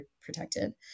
protected